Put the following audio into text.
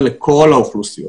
לכל האוכלוסיות.